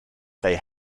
they